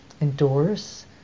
endorse